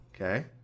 Okay